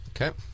Okay